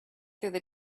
through